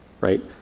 Right